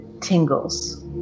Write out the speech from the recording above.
tingles